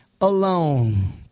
alone